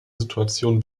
situation